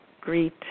Greet